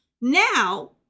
now